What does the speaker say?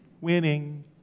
Winning